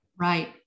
right